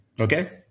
Okay